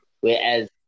Whereas